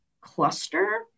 cluster